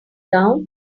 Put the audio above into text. down